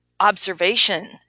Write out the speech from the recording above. Observation